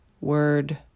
word